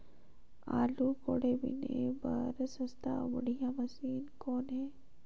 आलू कोड़े बीने बर सस्ता अउ बढ़िया कौन मशीन हे?